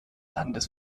landes